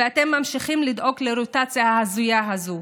ואתם ממשיכים לדאוג לרוטציה ההזויה הזאת,